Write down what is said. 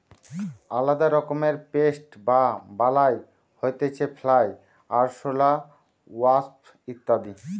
আলদা রকমের পেস্ট বা বালাই হতিছে ফ্লাই, আরশোলা, ওয়াস্প ইত্যাদি